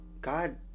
God